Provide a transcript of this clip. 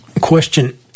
Question